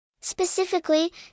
Specifically